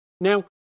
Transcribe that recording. Now